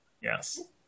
yes